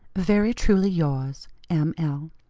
very truly yours, m. l.